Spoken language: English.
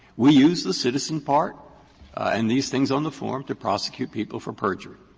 we use the citizen part and these things on the form to prosecute people for perjury.